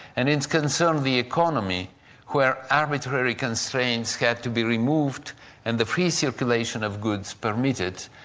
and it concerned the economy where arbitrary constraints had to be removed and the free circulation of goods permitted,